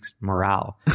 morale